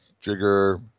Jigger